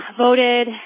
voted